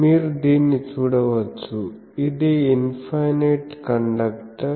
మీరు దీన్ని చూడవచ్చు ఇది ఇన్ఫైనైట్ కండక్టర్